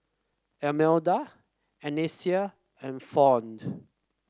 Almeda Anissa and Fount